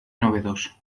novedoso